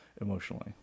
emotionally